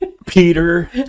Peter